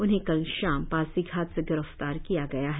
उन्हें कल शाम पासिघाट से गिरफ्तार किया गया हैं